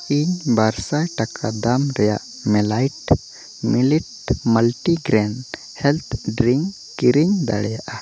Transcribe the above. ᱤᱧ ᱵᱟᱨ ᱥᱟᱭ ᱴᱟᱠᱟ ᱫᱟᱢ ᱨᱮᱭᱟᱜ ᱢᱮᱞᱟᱭᱤᱴ millet multigrain health drink ᱠᱤᱨᱤᱧ ᱫᱟᱲᱮᱭᱟᱜᱼᱟ